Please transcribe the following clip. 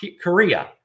Korea